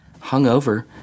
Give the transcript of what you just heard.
hungover